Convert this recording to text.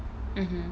mmhmm